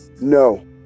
No